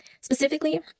Specifically